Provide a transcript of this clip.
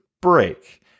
break